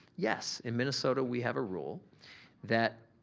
yes, in minnesota we have a rule that,